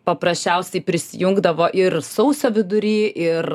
paprasčiausiai prisijungdavo ir sausio vidury ir